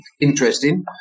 interesting